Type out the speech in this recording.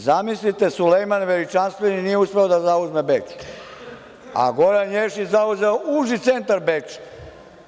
Zamislite Sulejman Veličanstveni nije uspeo da zauzme Beč, a Goran Ješić zauzeo uži centar Beča.